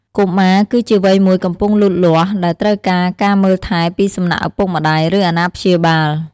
កុមារគឺជាវ័យមួយកំពុងលូតលាស់ដែលត្រូវការការមើលថែរពីសំណាក់ឪពុកម្ដាយ ឬអាណាព្យាបាល។